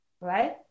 right